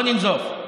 לא לנזוף.